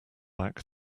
back